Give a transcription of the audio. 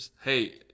hey